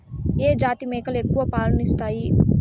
ఏ జాతి మేకలు ఎక్కువ పాలను ఇస్తాయి?